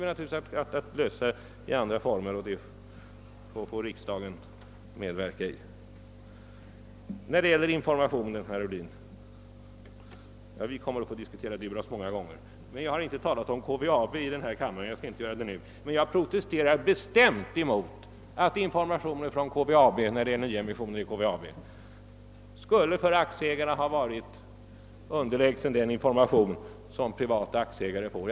Sådana företagsbildningar får vi skapa under andra former, varvid riksdagen får tillfälle att medverka. Beträffande informationsfrågan är jag övertygad om att jag kommer att få tillfälle att diskutera Durox med herr Ohlin flera gånger. Jag har gjort det tidigare i denna kammare och skall inte göra det i kväll. I korthet vill jag beröra informationen i ett företag som jag inte talat om här, nämligen KVAB. Jag protesterar bestämt mot påståendet att informationen från KVAB i samband med årets nyemission inom företaget skulle ha varit underlägsen den information som privata aktieägare brukar få.